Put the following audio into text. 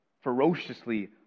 ferociously